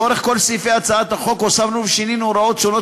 לאורך כל סעיפי הצעת החוק הוספנו ושינינו הוראות שונות,